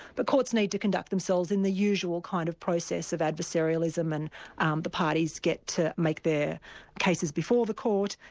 the courts need to conduct themselves in the usual kind of process of adversarialism and um the parties get to make their cases before the court,